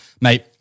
mate